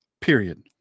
period